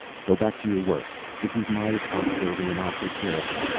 go back to your work. this is my responsibility and i'll take care of it.